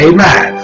Amen